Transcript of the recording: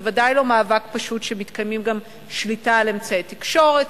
זה ודאי לא מאבק פשוט כשמתקיימת גם שליטה על אמצעי תקשורת,